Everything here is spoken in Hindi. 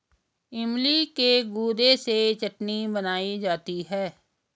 इमली के गुदे से चटनी बनाई जाती है